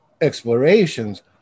explorations